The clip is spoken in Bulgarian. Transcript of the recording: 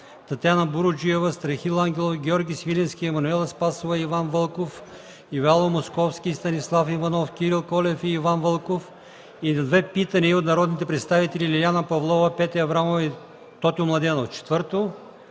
Татяна Буруджиева, Страхил Ангелов и Георги Свиленски, Емануела Спасова и Иван Вълков, Ивайло Московски и Станислав Иванов, Кирил Колев, и Иван Вълков и на две питания от народните представители Лиляна Павлова, Петя Аврамова и Тотю Младенов.